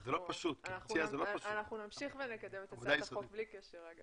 אנחנו נמשיך ונקדם את הצעת החוק בלי קשר.